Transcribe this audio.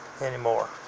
anymore